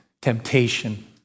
Temptation